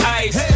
ice